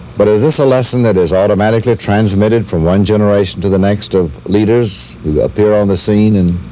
but is this a lesson that is automatically transmitted from one generation to the next of leaders who appear on the scene in